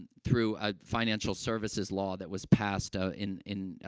and through a financial services law that was passed, ah in in, ah,